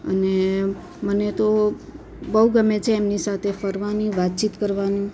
અને મને તો બહુ ગમે છે એમની સાથે ફરવાની વાતચીત કરવાનું